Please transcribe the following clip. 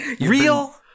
real